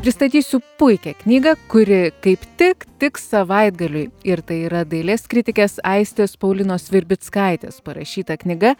pristatysiu puikią knygą kuri kaip tik tiks savaitgaliui ir tai yra dailės kritikės aistės paulinos virbickaitės parašyta knyga